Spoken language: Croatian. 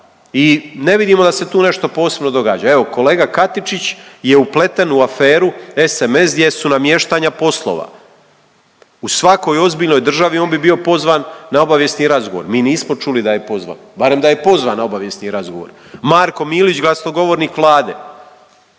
I ne vidimo da se tu nešto posebno događa. Evo kolega Katičić je upleten u aferu SMS gdje su namještanja poslova. U svakoj ozbiljnoj državi on bi bio pozvan na obavijesni razgovor. Mi nismo čuli da je pozvan, barem da je pozvan na obavijesni razgovor. Marko Milić, glasnogovornik Vlade.